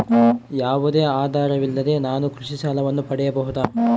ಯಾವುದೇ ಆಧಾರವಿಲ್ಲದೆ ನಾನು ಕೃಷಿ ಸಾಲವನ್ನು ಪಡೆಯಬಹುದಾ?